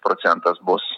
procentas bus